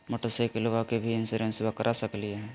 मोटरसाइकिलबा के भी इंसोरेंसबा करा सकलीय है?